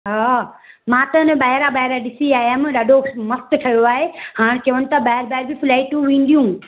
हा मां त अञा ॿाहिरां ॿाहिरां ई ॾिसी आयमि ॾाढो मस्तु ठहियो आहे हाणे चवनि था ॿाहिरि ॿाहिरि जी फ्लाईटूं ईंदियूं